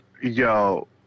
Yo